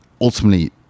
ultimately